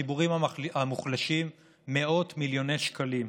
בציבורים המוחלשים מאות מיליוני שקלים.